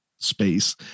space